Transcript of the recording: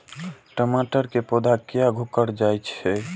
टमाटर के पौधा किया घुकर जायछे?